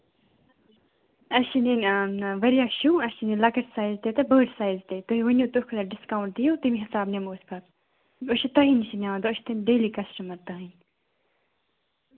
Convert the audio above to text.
اَسہِ چھِ نِنۍ واریاہ شوٗ اَسہِ چھُ نیُن لۅکٕٹۍ سایِز تہِ تہٕ بٔڈۍ سایِز تہِ تُہۍ ؤنِو تُہۍ کوٗتاہ ڈِسکاوُنٛٹ دِیِو تیٚمی حِسابہٕ نِمو أسۍ پَتہٕ أسۍ چھِ تۄہِی نِشہٕ نِوان أسۍ چھِ ڈیلی کَسٹمَر تٔہٕنٛدۍ